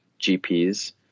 GPs